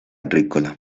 agrícola